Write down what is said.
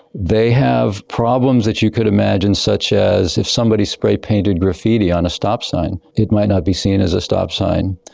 they have problems that you could imagine such as if somebody spray-painted graffiti on a stop sign it might not be seen as a stop sign.